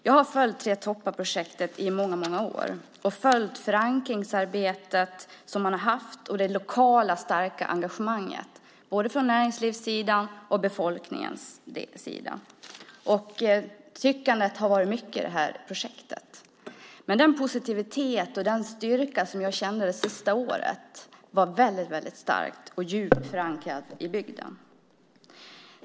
Jag har följt projektet Tre toppar i många år och sett det förankringsarbete som skett liksom det lokala starka engagemanget från både näringslivets och befolkningens sida. Tyckandet har varit stort i projektet, men den positivism och styrka som jag kände det sista året var stark och djupt förankrad i bygden.